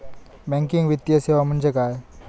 Banking वित्तीय सेवा म्हणजे काय?